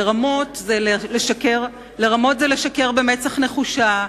לרמות זה לשקר במצח נחושה.